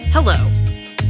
Hello